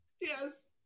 Yes